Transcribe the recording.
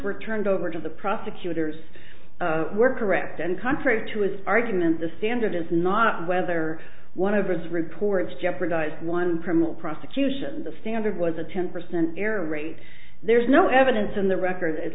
were turned over to the prosecutors were correct and contrary to his argument the standard is not whether one of his reports jeopardize one permanent prosecution the standard was a ten percent error rate there's no evidence in the record at